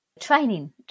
training